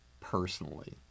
personally